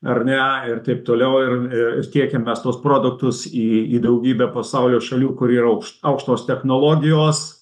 ar ne ir taip toliau ir i ir tiekiam mes tuos produktus į į daugybę pasaulio šalių kur yra aukš aukštos technologijos